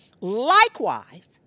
Likewise